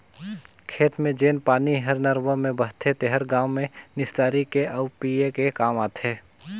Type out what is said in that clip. खेत के जेन पानी हर नरूवा में बहथे तेहर गांव में निस्तारी के आउ पिए के काम आथे